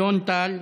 אלון טל,